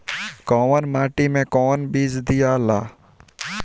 कौन माटी मे कौन बीज दियाला?